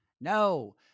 No